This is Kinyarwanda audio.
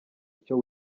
icyo